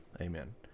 amen